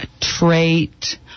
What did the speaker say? trait